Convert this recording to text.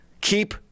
Keep